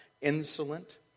insolent